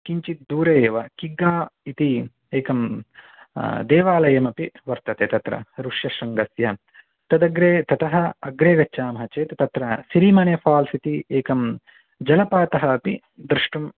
किञ्चिद् दूरे एव किग्गा इति एकं देवालयमपि वर्तते तत्र ऋष्यशृङ्गस्य तदग्रे ततः अग्रे गच्छामः चेत् तत्र सिरिमनेफ़ाल्स् इति एकं जलपातः अपि द्रष्टुम्